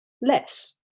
less